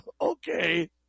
Okay